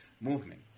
movement